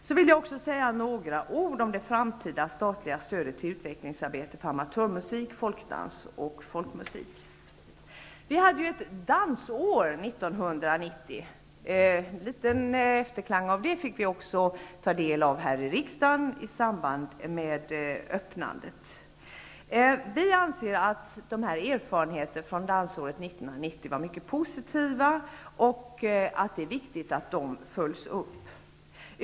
Jag vill säga några ord om det framtida statliga stödet till utvecklingsarbete för amatörmusik, folkdans och folkmusik. År 1990 var ett Folkmusik och dansår. En liten efterklang av det fick vi ta del av i riksdagen i samband med riksmötets öppnande. Vi i Vänsterpartiet anser att erfarenheterna från Folkmusik och dansåret 1990 var mycket positiva och att det är viktigt att de följs upp.